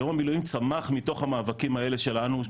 יום המילואים צמח מתוך המאבקים האלה שלנו,